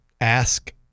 ask